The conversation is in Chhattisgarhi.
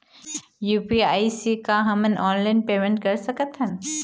यू.पी.आई से का हमन ऑनलाइन पेमेंट कर सकत हन?